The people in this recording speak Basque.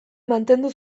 mantendu